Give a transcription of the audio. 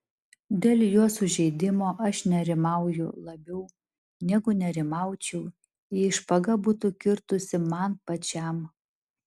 dėl jo sužeidimo aš nerimauju labiau negu nerimaučiau jei špaga būtų kirtusi man pačiam